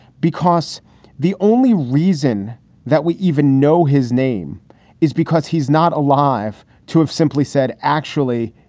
because the only reason that we even know his name is because he's not alive, to have simply said, actually,